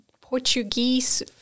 Portuguese